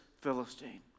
Philistine